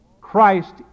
Christ